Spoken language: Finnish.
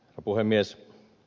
herra puhemies